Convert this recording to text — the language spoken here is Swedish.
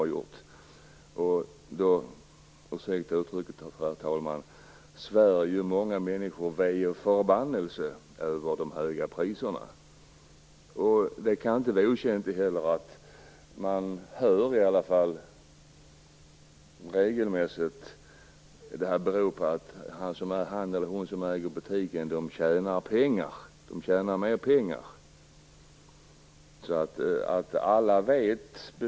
Då, ursäkta uttrycket herr talman, svär ju många människor ve och förbannelse över de höga priserna. Det kan inte heller vara okänt att man regelmässigt hör folk säga att detta skulle bero på att han eller hon som äger butiken tjänar mer pengar.